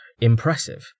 impressive